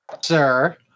sir